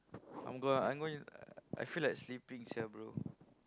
I'm gonna I'm going I feel like sleeping sia bro